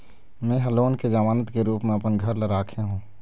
में ह लोन के जमानत के रूप म अपन घर ला राखे हों